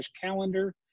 calendar